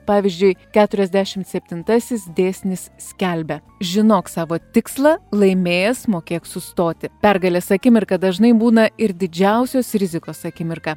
pavyzdžiui keturiasdešimt septintasis dėsnis skelbia žinok savo tikslą laimėjęs mokėk sustoti pergalės akimirka dažnai būna ir didžiausios rizikos akimirka